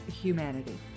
humanity